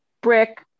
brick